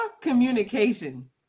communication